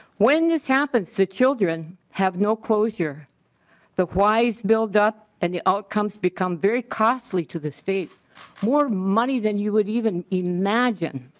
when this happens to children have no closure but the wise buildup and the outcomes become very costly to the state more money than you would even imagine